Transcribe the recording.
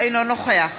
אינו נוכח